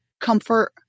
Comfort